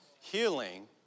Healing